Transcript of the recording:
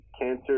cancer